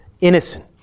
innocent